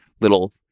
little